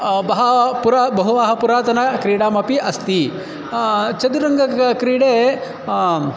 बहु पुरा बहवः पुरातन क्रीडामपि अस्ति चतुरङ्ग क क्रीडा